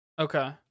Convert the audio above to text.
okay